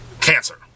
cancer